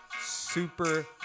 super